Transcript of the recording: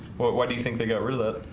what do you think they got rid of that?